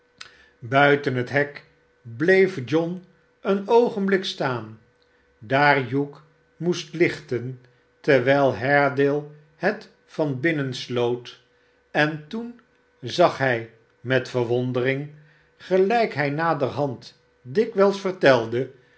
buiten het hek bleef john een oogenblik staan daar hugh moest lichten terwijl haredale het van binnen sloot en toen zag hij met verwondering gelijk hij naderhand dikwijls vertelde